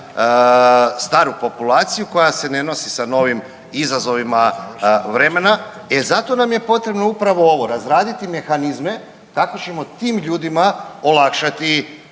staru populaciju koja se ne nosi sa novim izazovima vremena. E zato nam je potrebno upravo ovo – razraditi mehanizme tako ćemo tim ljudima olakšati